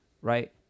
right